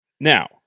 now